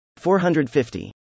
450